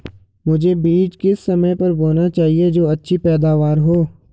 मुझे बीज किस समय पर बोना चाहिए जो अच्छी पैदावार हो?